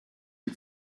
mit